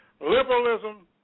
liberalism